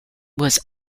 was